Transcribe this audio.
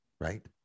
right